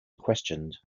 questioned